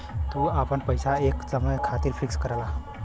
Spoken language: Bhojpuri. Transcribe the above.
तू आपन पइसा एक समय खातिर फिक्स करला